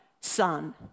son